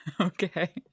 Okay